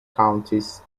counties